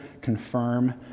confirm